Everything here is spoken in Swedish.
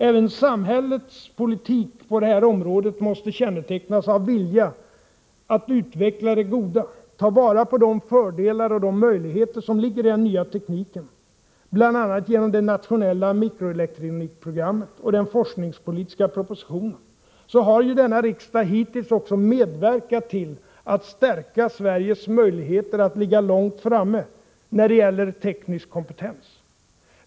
Även samhällets politik på det här området måste kännetecknas av vilja att utveckla det goda, ta vara på de fördelar och de möjligheter som ligger i den nya tekniken. Bl. a. genom det nationella mikroelektronikprogrammet och den forskningspolitiska propositionen har denna riksdag hittills också medverkat till att stärka Sveriges möjligheter att ligga långt framme när det gäller teknisk kompetens.